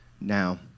Now